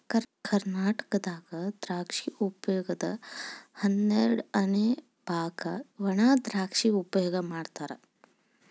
ಕರ್ನಾಟಕದಾಗ ದ್ರಾಕ್ಷಿ ಉಪಯೋಗದ ಹನ್ನೆರಡಅನೆ ಬಾಗ ವಣಾದ್ರಾಕ್ಷಿ ಉಪಯೋಗ ಮಾಡತಾರ